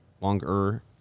longer